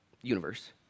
universe